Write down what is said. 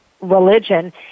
religion